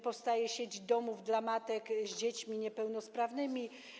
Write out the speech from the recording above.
Powstaje sieć domów dla matek z dziećmi niepełnosprawnymi.